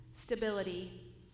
stability